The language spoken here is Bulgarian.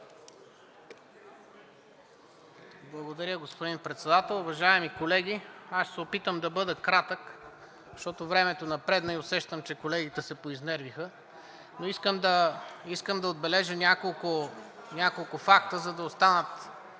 Благодаря, господин Председател. Уважаеми колеги! Аз ще се опитам да бъда кратък, защото времето напредна и усещам, че колегите се поизнервиха, но искам да отбележа няколко факта, за да останат